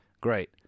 Great